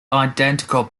identical